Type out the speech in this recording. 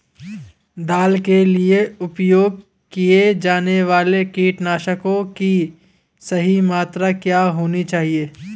दाल के लिए उपयोग किए जाने वाले कीटनाशकों की सही मात्रा क्या होनी चाहिए?